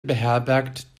beherbergt